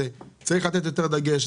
צריך לתת יותר דגש.